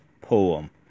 poem